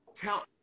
Tell